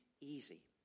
easy